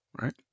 right